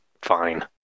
fine